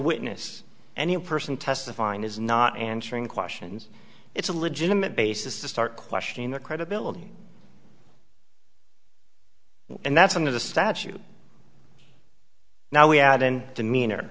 witness and in person testifying is not answering questions it's a legitimate basis to start questioning the credibility and that's under the statute now we add in demeanor